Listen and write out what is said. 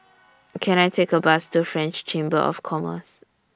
Can I Take A Bus to French Chamber of Commerce